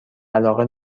علاقه